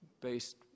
based